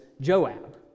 Joab